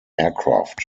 aircraft